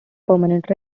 permanent